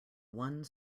one